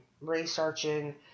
researching